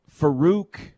Farouk